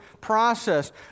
process